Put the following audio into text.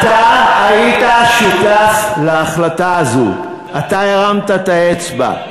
אתה היית שותף להחלטה הזאת, אתה הרמת את האצבע.